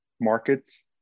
markets